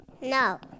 No